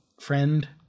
friend